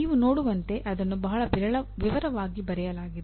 ನೀವು ನೋಡುವಂತೆ ಅದನ್ನು ಬಹಳ ವಿವರವಾಗಿ ಬರೆಯಲಾಗಿದೆ